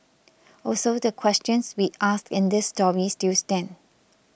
also the questions we asked in this story still stand